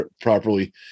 properly